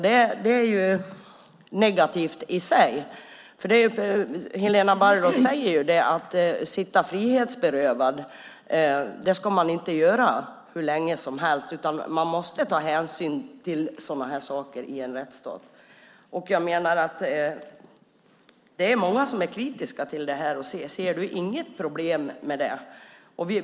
Det är negativt i sig. Helena Bargholtz säger att en person inte ska sitta frihetsberövad hur länge som helst. Man måste ta hänsyn till sådana här saker i en rättsstat. Det är många som är kritiska till detta. Ser du inget problem med det?